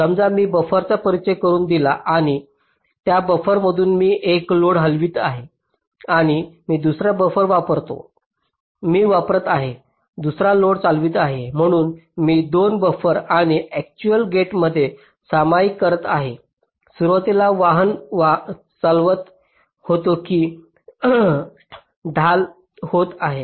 समजा मी बफरचा परिचय करून दिला आहे आणि त्या बफर मधून मी एक लोड हलवत आहे आणि मी दुसरा बफर वापरतो आहे मी वापरत आहे दुसरा लोड चालवित आहे म्हणून मी 2 बफर आणि अक्चुअल गेटमध्ये सामायिक करीत आहे सुरुवातीला वाहन चालवत होतो की ढाल होत आहे